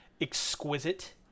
exquisite